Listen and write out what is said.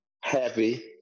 happy